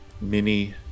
mini